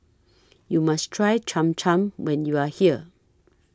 YOU must Try Cham Cham when YOU Are here